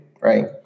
right